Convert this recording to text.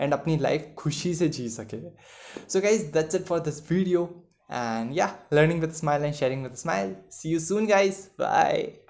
and अपनी life खुशी से जी सके। So guys, that's it for this video. And yeah, learning with smile and sharing with smile. See you soon, guys. Bye.